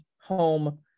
home